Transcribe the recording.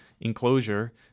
enclosure